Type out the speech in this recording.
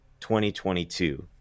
2022